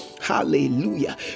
Hallelujah